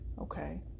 okay